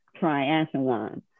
triathlon